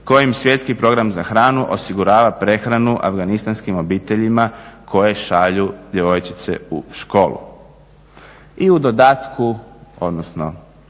kojim Svjetski program za hranu osigurava prehranu afganistanskim obiteljima koje šalju djevojčice u školu. I u dodatku odnosno